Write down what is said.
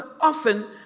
often